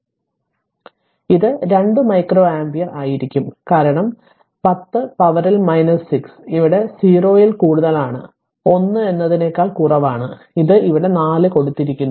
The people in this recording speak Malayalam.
അതിനാൽ ഇത് 2 മൈക്രോ ആമ്പിയർ ആയിരിക്കും കാരണം 10 പവറിൽ 6 ഇവിടെ 0 ൽ കൂടുതലാണു 1 എന്നതിനേക്കാൾ കുറവാണ് അതു ഇവിടെ 4 കൊടുത്തിരിക്കുന്നു